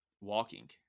walking